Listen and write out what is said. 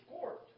court